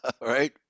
Right